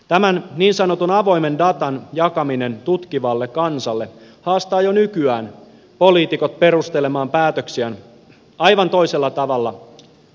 tämän niin sanotun avoimen datan jakaminen tutkivalle kansalle haastaa jo nykyään poliitikot perustelemaan päätöksiään aivan toisella tavalla kuin aiemmin